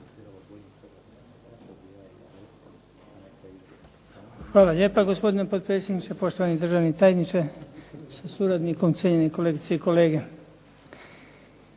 Hvala lijepa gospodine potpredsjedniče, poštovani državni tajniče sa suradnikom, poštovani kolegice i kolege.